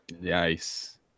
yes